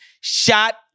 Shot